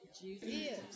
Jesus